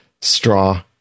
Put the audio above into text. straw